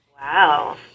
wow